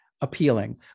appealing